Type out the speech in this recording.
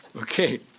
Okay